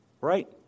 Right